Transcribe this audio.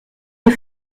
les